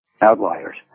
Outliers